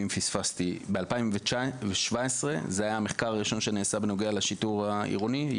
אם פספסתי ב-2017 זה היה המחקר הראשון שנעשה בנוגע לשיטור העירוני?